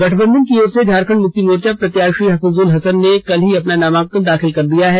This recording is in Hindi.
गठबंधन की ओर से झामुमो प्रत्याशी हफीजुल हसन ने कल ही अपना नामांकन दाखिल कर दिया है